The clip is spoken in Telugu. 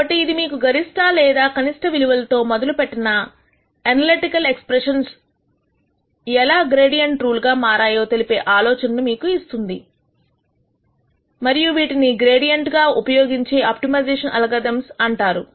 కాబట్టి ఇది మీకు గరిష్ట లేదా కనిష్ట విలువల తో మొదలుపెట్టిన ఎనలిటికల్ ఎక్స్ప్రెషన్స్ ఎలా గ్రేడియంట్ రూల్ గా మారాయో తెలిపే ఆలోచనను మీకు ఇస్తుంది మరియు వీటిని గ్రేడియంట్ ను ఉపయోగించే ఆప్టిమైజేషన్ అల్గోరిథమ్స్ అంటారు